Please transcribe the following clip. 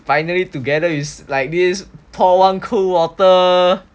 finally together you like this pour one cool water